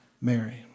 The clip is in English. Mary